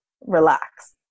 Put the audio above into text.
relax